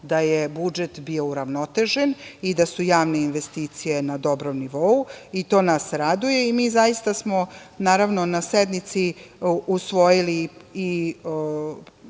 da je budžet bio uravnotežen i da su javne investicije na dobrom nivou, i to nas raduje. Mi smo na sednici usvojili i